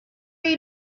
you